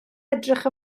edrych